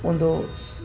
ಒಂದು ಸ್